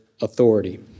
authority